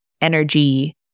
Energy